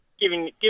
giving